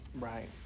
Right